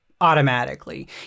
automatically